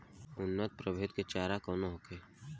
उन्नत प्रभेद के चारा कौन होखे?